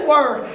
Word